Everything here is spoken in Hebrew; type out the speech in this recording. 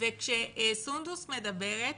וכשסונדוס מדברת